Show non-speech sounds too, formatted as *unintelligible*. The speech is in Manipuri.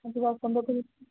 ꯑꯗꯨꯒ *unintelligible*